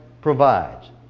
provides